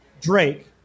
Drake